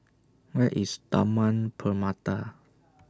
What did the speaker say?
Where IS Taman Permata